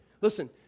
listen